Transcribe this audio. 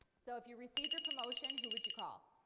so if you received a promotion who would you call?